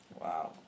Wow